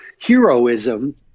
heroism